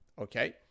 okay